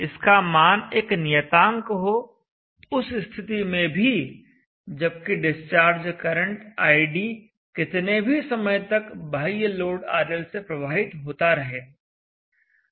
इसका मान एक नियतांक हो उस स्थिति में भी जबकि डिस्चार्ज करंट id कितने भी समय तक बाह्य लोड RL से प्रवाहित होता रहे